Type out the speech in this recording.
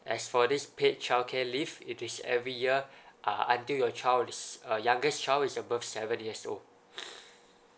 as for this paid childcare leave it is every year uh until your child is uh youngest child is above seventy years old